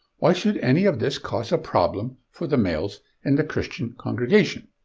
why should any of this cause a problem for the males in the christian congregation?